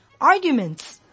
arguments